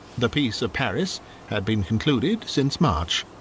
the peace of paris had been concluded since march,